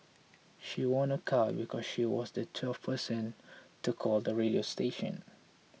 she won a car because she was the twelfth person to call the radio station